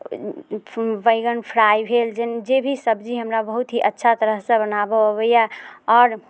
बैगन फ्राइ भेल जे भी सब्जी हमरा बहुत ही अच्छा तरहसँ बनाबऽ अबैये आओर